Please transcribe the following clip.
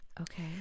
Okay